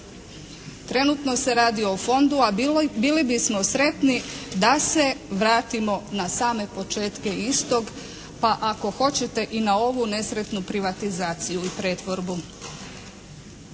Trenutno se radi o fondu, a bili bismo sretni da se vratimo na početke istog pa ako hoćete i na ovu nesretnu privatizaciju i pretvorbu.